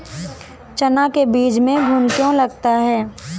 चना के बीज में घुन क्यो लगता है?